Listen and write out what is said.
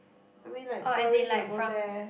I mean like tourist will go there